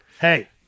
Hey